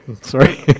Sorry